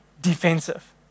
defensive